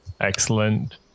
excellent